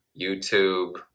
YouTube